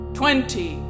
twenty